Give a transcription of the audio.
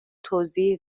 توضیح